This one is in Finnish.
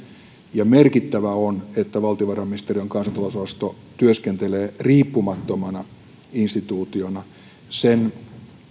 ja merkittävää on että valtiovarainministeriön kansantalousosasto työskentelee riippumattomana instituutiona sen